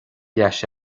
leis